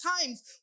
times